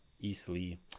easily